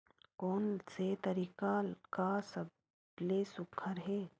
कोन से तरीका का सबले सुघ्घर हे?